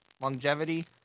longevity